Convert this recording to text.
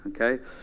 Okay